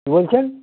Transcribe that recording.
কি বলছেন